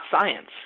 science